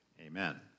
Amen